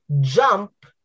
jump